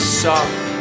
soft